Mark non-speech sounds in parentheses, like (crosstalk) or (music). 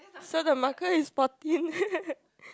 so the market is fourteen (laughs)